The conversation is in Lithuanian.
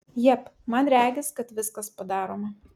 jep man regis kad viskas padaroma